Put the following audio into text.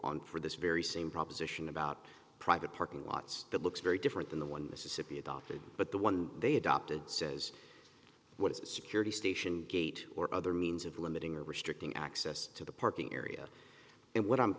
on for this very same proposition about private parking lots that looks very different than the one mississippi adopted but the one they adopted says what is the security station gate or other means of limiting restricting access to the parking area and what i'm